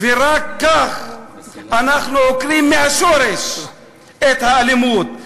ורק כך אנחנו עוקרים מהשורש את האלימות.